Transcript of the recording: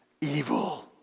evil